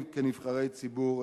כנבחרי ציבור,